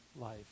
life